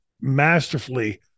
masterfully